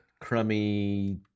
crummy